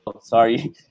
Sorry